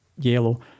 yellow